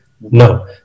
no